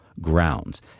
grounds